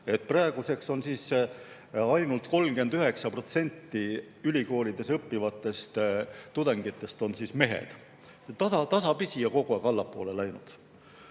Praeguseks on ainult 39% ülikoolides õppivatest tudengitest noormehed. Tasapisi on see kogu aeg allapoole läinud.